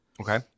Okay